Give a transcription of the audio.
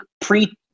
pre